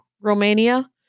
Romania